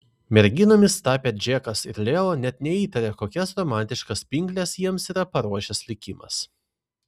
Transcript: merginomis tapę džekas ir leo net neįtaria kokias romantiškas pinkles jiems yra paruošęs likimas